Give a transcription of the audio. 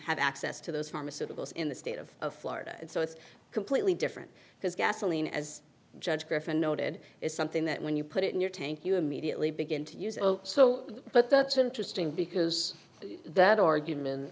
have access to those pharmaceuticals in the state of florida so it's completely different because gasoline as judge griffin noted is something that when you put it in your tank you immediately begin to use it so but that's interesting because that argument